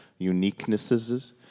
uniquenesses